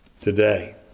Today